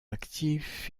actif